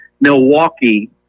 Milwaukee